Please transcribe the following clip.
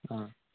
आं